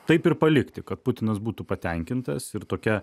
taip ir palikti kad putinas būtų patenkintas ir tokia